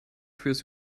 fürs